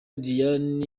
liliane